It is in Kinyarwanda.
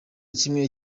kimwe